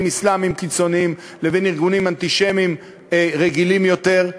אסלאמיים קיצוניים לבין ארגונים אנטישמיים רגילים יותר,